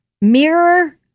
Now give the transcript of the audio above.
mirror